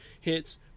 hits